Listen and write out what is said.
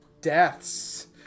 deaths